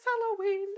Halloween